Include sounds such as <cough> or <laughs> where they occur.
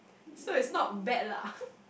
so it's not bad lah <laughs>